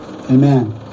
Amen